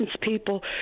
people